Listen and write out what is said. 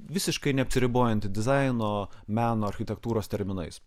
visiškai neapsiribojant dizaino meno architektūros terminais